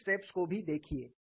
उन स्टेप्स को भी देखिए